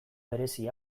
berezi